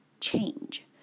change